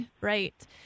Right